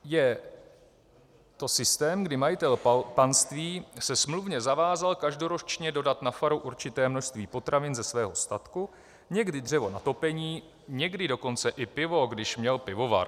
Je to systém, kdy majitel panství se smluvně zavázal každoročně dodat na faru určité množství potravin ze svého statku, někdy dřevo na topení, někdy dokonce i pivo, když měl pivovar.